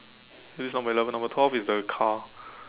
this is number eleven number twelve is the car